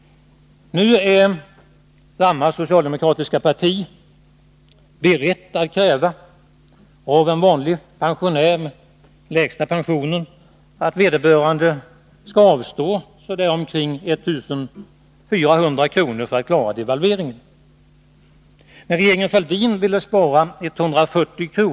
Nu är samma socialdemokratiska parti berett att av en vanlig pensionär med den lägsta pensionen kräva att vederbörande skall avstå ca 1 400 kr. för att man skall klara devalveringen. När regeringen Fälldin före valet ville spara 140 kr.